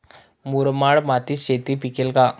मुरमाड मातीत शेती पिकेल का?